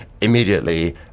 immediately